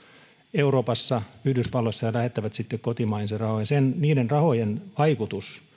euroopassa ja yhdysvalloissa ja lähettävät sitten kotimaihinsa rahoja niiden rahojen vaikutus